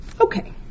Okay